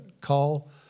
call